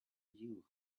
knew